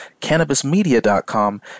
cannabismedia.com